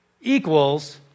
equals